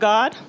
God